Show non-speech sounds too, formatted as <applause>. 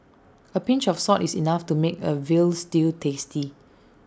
A pinch of salt is enough to make A Veal Stew tasty <noise>